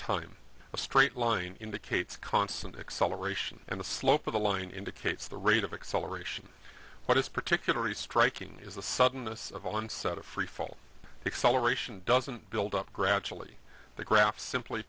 time a straight line indicates constant acceleration and the slope of the line indicates the rate of acceleration what is particularly striking is the suddenness of onset of freefall acceleration doesn't build up gradually the graph simply